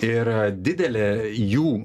ir didelė jų